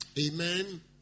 amen